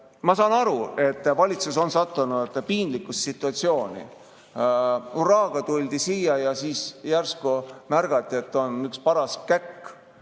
saan aru, et valitsus on sattunud piinlikku situatsiooni. Hurraaga tuldi siia ja siis järsku märgati, et on üks paras käkk